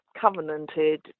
covenanted